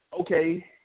Okay